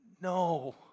no